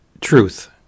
Truth